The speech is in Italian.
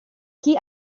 chi